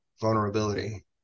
vulnerability